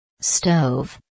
Stove